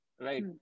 Right